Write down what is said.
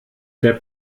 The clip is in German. der